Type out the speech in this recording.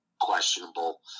questionable